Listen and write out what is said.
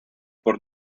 por